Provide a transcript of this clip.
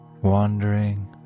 wandering